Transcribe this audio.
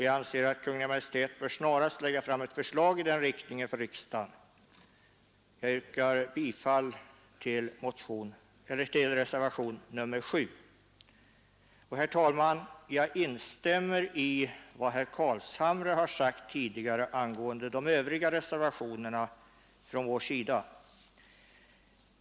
Jag anser att Kungl. Maj:t snarast bör lägga fram ett förslag i den riktningen för riksdagen. Jag yrkar bifall till reservationen 7. Herr talman! Jag instämmer i vad herr Carlshamre tidigare sagt angående de övriga reservationerna från vår sida.